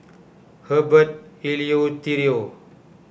Herbert Eleuterio